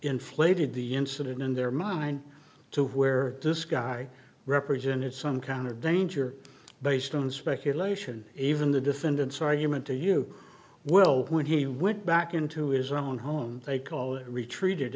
inflated the incident in their mind to where this guy represented some kind of danger based on speculation even the defendant's argument to you well when he went back into his own home they call retreated